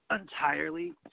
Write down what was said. entirely